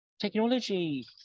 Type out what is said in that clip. Technology